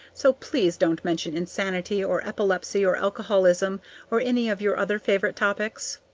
so please don't mention insanity or epilepsy or alcoholism or any of your other favorite topics.